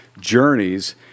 journeys